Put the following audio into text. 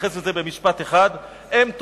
ואני אתייחס לזה במשפט אחד,